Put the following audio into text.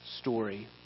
story